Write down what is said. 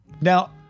Now